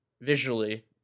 visually